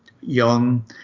young